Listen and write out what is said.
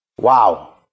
Wow